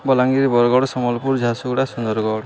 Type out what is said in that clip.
Balangir Bargarh Sambalpur Jharsuguda Sundargarh